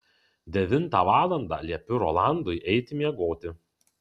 devintą valandą liepiu rolandui eiti miegoti